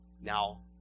Now